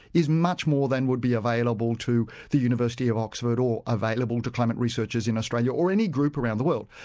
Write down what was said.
is much more than would be available to the university of oxford or available to climate researchers in australia, or any group around the world.